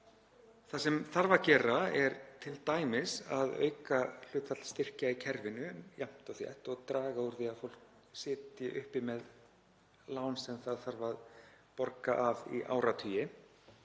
Það sem þarf að gera er t.d. að auka hlutfall styrkja í kerfinu jafnt og þétt og draga úr því að fólk sitji uppi með lán sem það þarf að borga af í áratugi,